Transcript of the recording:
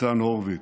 ניצן הורוביץ,